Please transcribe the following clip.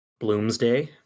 Bloomsday